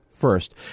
First